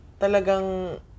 talagang